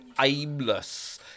aimless